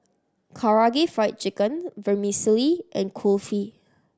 Karaage Fried Chicken Vermicelli and Kulfi